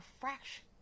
fraction